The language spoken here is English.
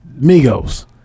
Migos